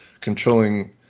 controlling